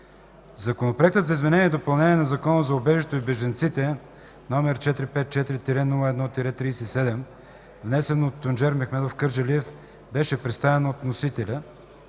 Законопроектът за изменение и допълнение на Закона за убежището и бежанците, № 454-01-37, внесен от Тунчер Мехмедов Кърджалиев, беше представен от вносителя.